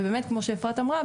ובאמת כמו שאפרת אמרה,